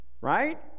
Right